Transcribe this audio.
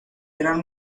eran